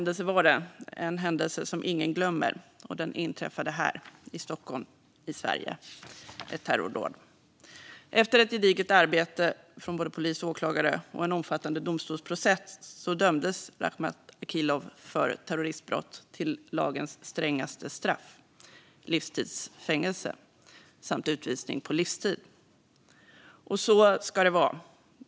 Det var en händelse som ingen glömmer, och terrordådet inträffade här i Stockholm, i Sverige. Efter ett gediget arbete från både polis och åklagare, och en omfattande domstolsprocess, dömdes Rakhmat Akilov för terroristbrott till lagens strängaste straff, nämligen livstids fängelse samt utvisning på livstid. Så ska det vara.